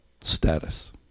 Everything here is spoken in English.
status